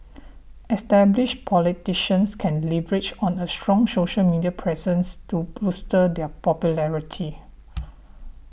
established politicians can leverage on a strong social media presence to bolster their popularity